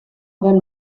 wenn